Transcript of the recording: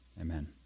Amen